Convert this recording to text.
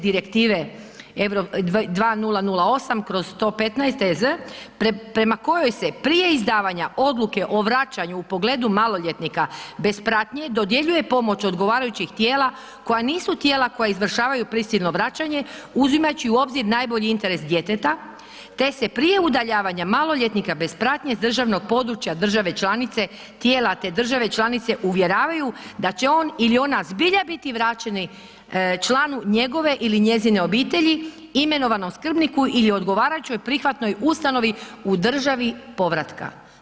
Direktive 2008/115 EZ prema kojoj se prije izdavanja odluke o vraćanju u pogledu maloljetnika bez pratnje dodjeljuje pomoć odgovarajućih tijela koja nisu tijela koja izvršavaju prisilno vraćanje, uzimajući u obzir najbolji interes djeteta te se prije udaljavanja maloljetnika bez pratnje s državnog područja države članice tijela te države članice uvjeravaju da će on ili ona zbilja biti vraćeni članu njegove ili njezine obitelji, imenovanom skrbniku ili odgovarajućoj prihvatnoj ustanovi u državi povratka.